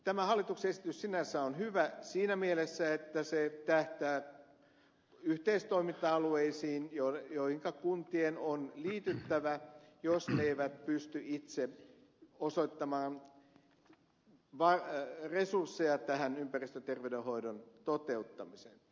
tämä hallituksen esitys sinänsä on hyvä siinä mielessä että se tähtää yhteistoiminta alueisiin joihinka kuntien on liityttävä jos ne eivät pysty itse osoittamaan resursseja tähän ympäristöterveydenhoidon toteuttamiseen